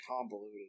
convoluted